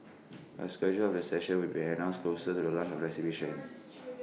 A schedule of the sessions will be announced closer to the launch of the exhibition